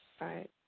Right